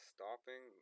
Stopping